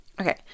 Okay